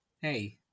Hey